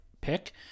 pick